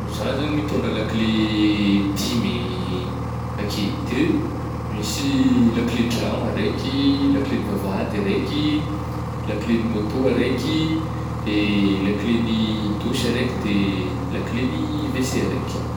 Zah zany mitôndra lakle eh dimy ih, akeo de misy lakle an-tragno araiky, lakle ny vavahady araiky, lakle ang'ny môtô araiky, de lakle agn'ny dosy araiky de lakle agn'ny WC araiky.